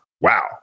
Wow